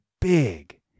big